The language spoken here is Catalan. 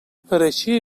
pareixia